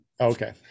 Okay